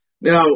Now